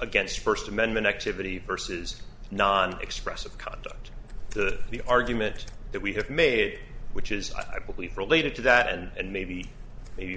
against first amendment activity versus non expressive conduct to the argument that we have made which is i believe related to that and maybe maybe the